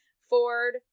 Ford